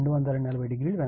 ఇది తత్వశాస్త్రం